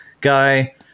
guy